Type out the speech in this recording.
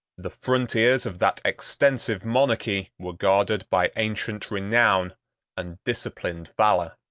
the frontiers of that extensive monarchy were guarded by ancient renown and disciplined valor.